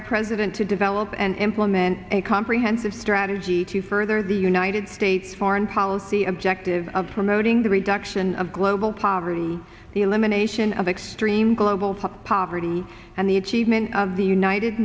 the president to develop and implement a comprehensive strategy to further the united states foreign policy objective of promoting the reduction of global poverty the elimination of extreme global poverty and the achievement of the united